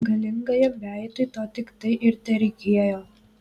galingajam veitui to tiktai ir tereikėjo